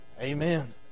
Amen